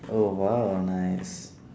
oh !wow! nice